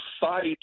fight